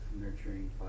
nurturing